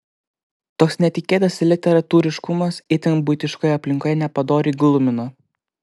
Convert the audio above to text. toks netikėtas literatūriškumas itin buitiškoje aplinkoje nepadoriai glumina